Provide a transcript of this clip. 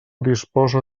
disposa